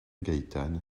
gaétane